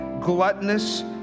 gluttonous